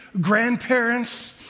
grandparents